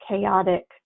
chaotic